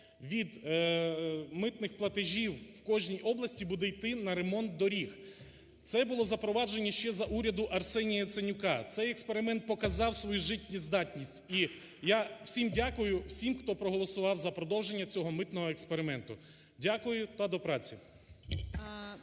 від митних платежів в кожній області буде йти на ремонт доріг. Це було запроваджені ще за уряду Арсенія Яценюка, цей експеримент показав свою життєздатність. І я всім дякую, всім, хто проголосував за продовження цього митного експерименту. Дякую та до праці.